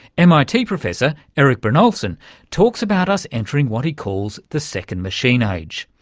mit professor erik brynjolfsson talks about us entering what he calls the second machine age,